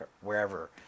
wherever